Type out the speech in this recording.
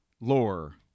lore